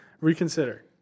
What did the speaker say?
reconsider